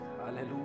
Hallelujah